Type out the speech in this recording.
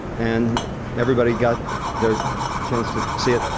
and everybody got their chance to see it.